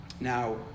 Now